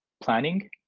planning